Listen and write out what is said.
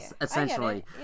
Essentially